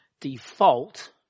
default